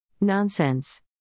Nonsense